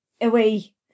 away